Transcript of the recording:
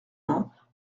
vingts